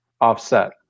offset